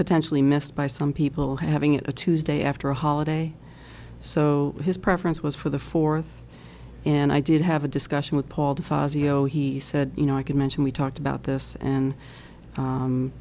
potentially missed by some people having it a tuesday after a holiday so his preference was for the fourth and i did have a discussion with paul de fazio he said you know i could mention we talked about this and